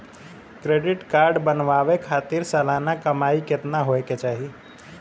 Credit card बनवावे खातिर सालाना कमाई कितना होए के चाही?